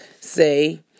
say